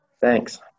Thanks